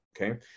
okay